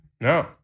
No